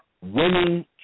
Winning